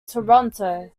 toronto